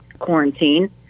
quarantine